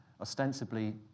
ostensibly